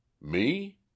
Me